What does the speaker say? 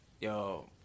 Yo